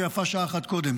ויפה שעה אחת קודם.